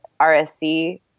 RSC